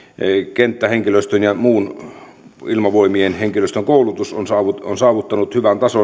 kenttähenkilöstön ja ilmavoimien muun henkilöstön koulutus on saavuttanut